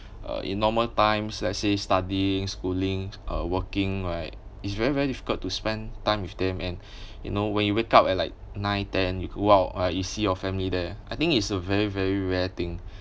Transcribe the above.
uh in normal times let's say studying schooling uh working right it's very very difficult to spend time with them and you know when you wake up at like nine ten you walk out like you see your family there I think it's a very very rare thing